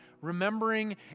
remembering